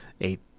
eight